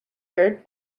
her